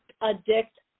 Addict